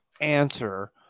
answer